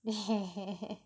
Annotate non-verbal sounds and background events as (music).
(laughs)